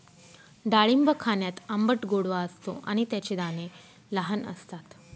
डाळिंब खाण्यात आंबट गोडवा असतो आणि त्याचे दाणे लहान असतात